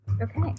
Okay